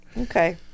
Okay